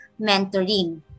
mentoring